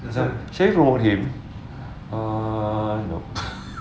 should I promote him ah no